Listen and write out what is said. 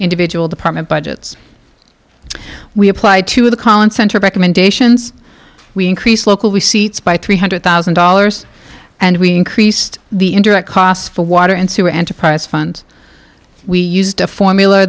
individual department budgets we applied to the collins center recommendations we increased local receipts by three hundred thousand dollars and we increased the indirect costs for water and sewer enterprise fund we used a formula